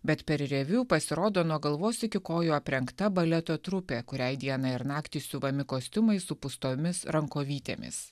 bet per reviu pasirodo nuo galvos iki kojų aprengta baleto trupė kuriai dieną ir naktį siuvami kostiumai su pūstomis rankovytėmis